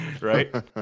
Right